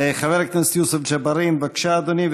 חבר הכנסת יוסף ג'בארין, בבקשה, אדוני.